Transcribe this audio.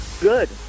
Good